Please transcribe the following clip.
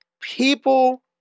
people